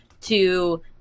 to-